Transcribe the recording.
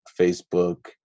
facebook